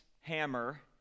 hammer